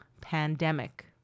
pandemic